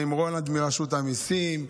ועם רולנד מרשות המיסים,